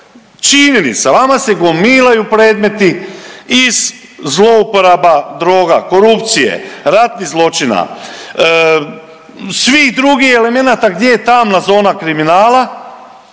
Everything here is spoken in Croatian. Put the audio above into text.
činjenica, vama se gomilaju predmeti iz zlouporaba droga, korupcije, ratnih zločina, svih drugih elemenata gdje je tamna zona kriminala,